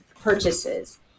purchases